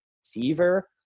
receiver